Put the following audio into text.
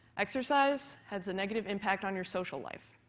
exercise has a negative impact on your social life.